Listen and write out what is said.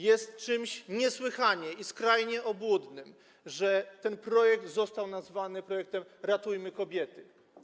Jest czymś niesłychanie i skrajnie obłudnym, że ten projekt został nazwany „Ratujmy kobiety”